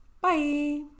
Bye